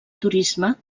turisme